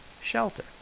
shelter